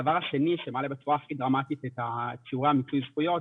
הדבר השני שמעלה בצורה הכי דרמטית את שיעורי מיצוי זכויות,